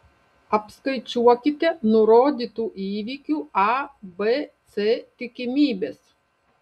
apskaičiuokite nurodytų įvykių a b c tikimybes